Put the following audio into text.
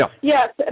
Yes